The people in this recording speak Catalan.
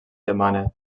demana